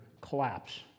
collapse